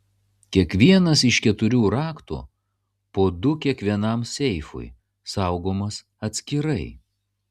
kiekvienas iš keturių raktų po du kiekvienam seifui saugomas atskirai